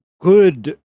good